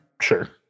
sure